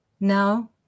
now